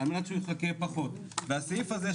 הסעיף הזה,